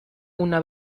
una